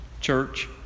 Church